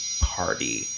party